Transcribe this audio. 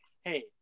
Hey